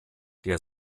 der